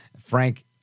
Frank